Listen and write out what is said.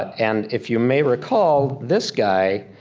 and if you may recall, this guy,